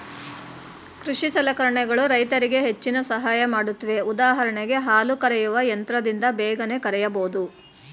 ಕೃಷಿ ಸಲಕರಣೆಗಳು ರೈತರಿಗೆ ಹೆಚ್ಚಿನ ಸಹಾಯ ಮಾಡುತ್ವೆ ಉದಾಹರಣೆಗೆ ಹಾಲು ಕರೆಯುವ ಯಂತ್ರದಿಂದ ಬೇಗನೆ ಕರೆಯಬೋದು